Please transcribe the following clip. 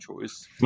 choice